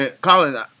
Colin